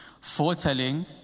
Foretelling